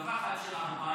אחר פעם.